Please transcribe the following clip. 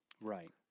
Right